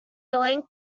length